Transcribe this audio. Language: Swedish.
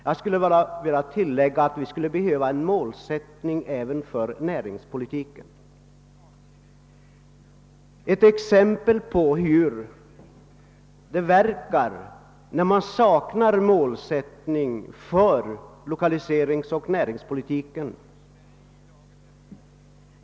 Jag skulle bara vilja tillägga att vi skulle behöva en målsättning även för näringspolitiken. Jag skall anföra exempel på verkningarna av att man saknar målsättning för lokaliseringsoch näringspolitiken.